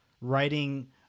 writing